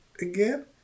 again